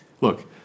look